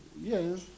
Yes